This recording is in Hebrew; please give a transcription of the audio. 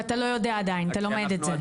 כי אתה לא יודע עדיין, אתה לומד את זה.